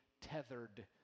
tethered